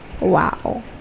Wow